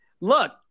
Look